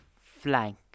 flank